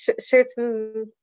certain